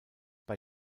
bei